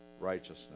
righteousness